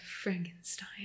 Frankenstein